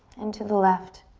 and to the left.